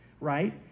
right